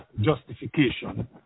justification